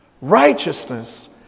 righteousness